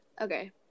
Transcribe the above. Okay